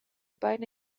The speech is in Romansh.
bein